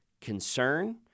concern